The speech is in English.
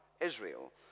Israel